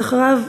ואחריו,